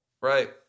right